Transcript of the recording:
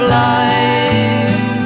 life